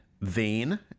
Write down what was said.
vein